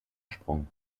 sprung